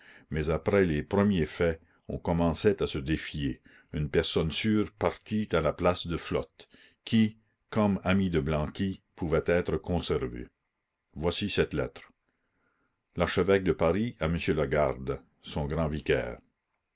mais après les premiers faits on la commune commençait à se défier une personne sûre partit à la place de flotte qui comme ami de blanqui pouvait être conservé voici cette lettre l'archevêque de paris à m lagarde son grand vicaire